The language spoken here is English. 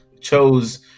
chose